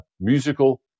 musical